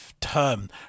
term